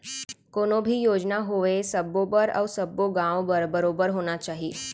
कोनो भी योजना होवय सबो बर अउ सब्बो गॉंव बर बरोबर होना चाही